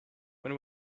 when